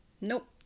Nope